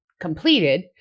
completed